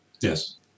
Yes